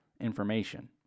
information